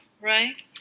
right